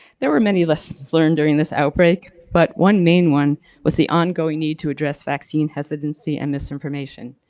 there were many lessons learned during this outbreak, but one main one was the ongoing need to address vaccine hesitancy and misinformation,